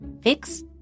Fix